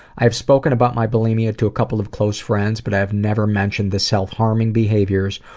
i've spoken about my bulimia to a couple of close friends, but i have never mentioned the self-harming behaviors,